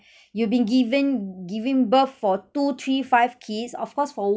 you've been giving giving birth for two three five kids of course for